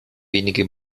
wenige